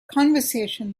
conversation